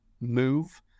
move